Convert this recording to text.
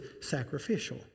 sacrificial